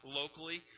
locally